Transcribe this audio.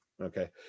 Okay